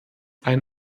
ein